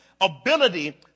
ability